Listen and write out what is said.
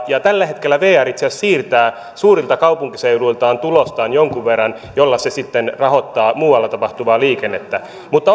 tällä hetkellä vr itse asiassa siirtää suurilta kaupunkiseuduiltaan tulostaan jonkun verran ja sillä se sitten rahoittaa muualla tapahtuvaa liikennettä mutta